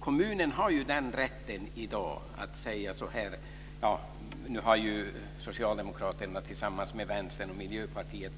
Kommunen hade ju tidigare - nu har Socialdemokraterna tillsammans med Vänstern och Miljöpartiet